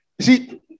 See